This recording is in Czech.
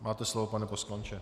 Máte slovo, pane poslanče.